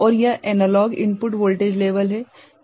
और यह analogue input voltage level है